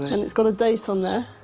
and it's got a date on there.